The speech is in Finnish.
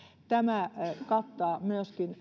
tämä kattaa myöskin